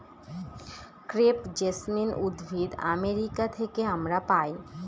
crepe jasmine উদ্ভিদ America থেকে আমরা পাই